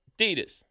Adidas